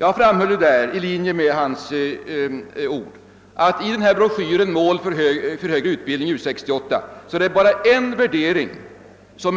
Jag framhöll i linje med Erik Hjalmar Linders artikel att det i broschyren Mål för högre utbildning, utarbetad av U 68, bara är en värdering som